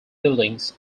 buildings